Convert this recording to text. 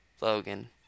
Logan